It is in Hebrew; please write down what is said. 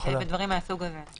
דברים מהסוג הזה.